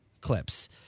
clips